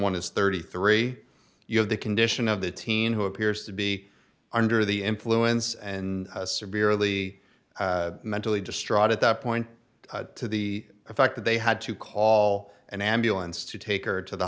one is thirty three you know the condition of the teen who appears to be under the influence and severely mentally distraught at that point to the fact that they had to call an ambulance to take her to the